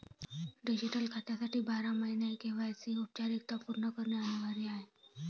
digital खात्यासाठी बारा महिन्यांत के.वाय.सी औपचारिकता पूर्ण करणे अनिवार्य आहे